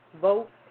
vote